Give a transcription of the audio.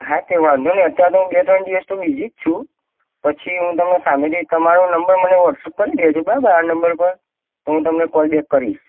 હા તે વાંધો નહીં અત્યાર તો હું બે ત્રણ દિવસ તો બીઝી જ છું પછી હું તમને સામેથી તમારો નંબર મને વોટસઅપ કરી દેજો બરાબર આ નંબર પર તો હું તમને કોલ બેક કરીશ